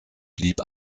blieb